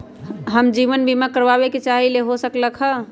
हम जीवन बीमा कारवाबे के चाहईले, हो सकलक ह?